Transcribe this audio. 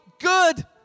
good